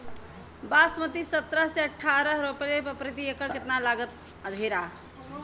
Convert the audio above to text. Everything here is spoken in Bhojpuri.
बासमती सत्रह से अठारह रोपले पर प्रति एकड़ कितना लागत अंधेरा?